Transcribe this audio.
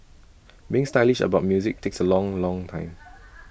being stylish about music takes A long long time